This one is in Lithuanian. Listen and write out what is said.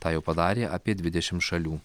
tą jau padarė apie dvidešim šalių